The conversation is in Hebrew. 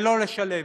ולא לשלם.